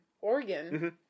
Oregon